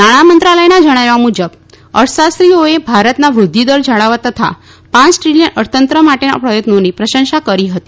નાણામંત્રાલયના જણાવ્યા મુજબ અર્થશાસ્રીધઓએ ભારતના વૃદ્દિદર જાળવવા તથા પાંચ દ્રીલીયન અર્થતંત્ર માટેના પ્રયત્નોની પ્રશંસા કરી હતી